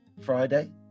Friday